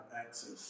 access